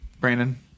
Brandon